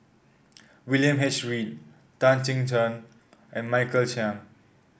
William H Read Tan Chin Cheng and Michael Qiang